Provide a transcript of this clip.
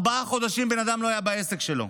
ארבעה חודשים בן אדם לא היה בעסק שלו